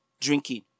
drinking